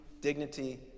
dignity